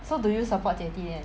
so do you support 姐弟恋